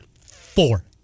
Four